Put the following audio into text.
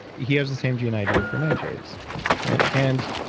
he has the same gene i do for nitrates and